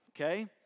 Okay